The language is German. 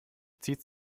zieht